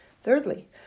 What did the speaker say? Thirdly